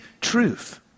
truth